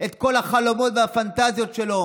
וכל החלומות והפנטזיות שלו